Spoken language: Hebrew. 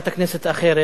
הוא מהנדס, מואייד,